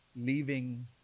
Leaving